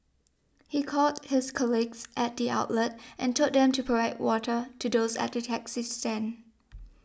he called his colleagues at the outlet and told them to provide water to those at the taxi stand